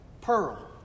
pearl